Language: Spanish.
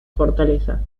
fortaleza